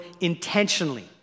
intentionally